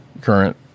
current